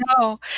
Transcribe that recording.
no